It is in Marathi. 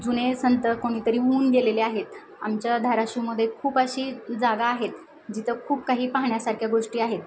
जुने संत कोणीतरी होऊन गेलेले आहेत आमच्या धाराशिवमध्ये खूप अशी जागा आहेत जिथं खूप काही पाहण्यासारख्या गोष्टी आहेत